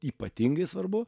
ypatingai svarbu